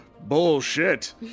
bullshit